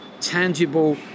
tangible